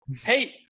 hey